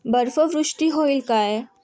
बर्फवृष्टी होईल काय